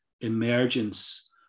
emergence